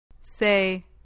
Say